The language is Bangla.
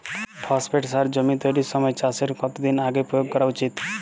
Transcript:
ফসফেট সার জমি তৈরির সময় চাষের কত দিন আগে প্রয়োগ করা উচিৎ?